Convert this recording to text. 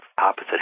opposite